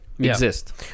Exist